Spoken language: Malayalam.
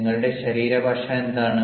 നിങ്ങളുടെ ശരീരഭാഷ എന്താണ്